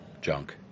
junk